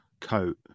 coat